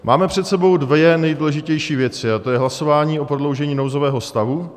Máme před sebou dvě nejdůležitější věci, a to je hlasování o prodloužení nouzového stavu.